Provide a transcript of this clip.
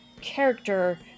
character